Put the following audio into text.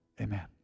amen